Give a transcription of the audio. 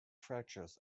fractures